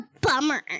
bummer